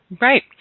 Right